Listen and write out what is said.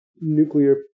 nuclear